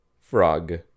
frog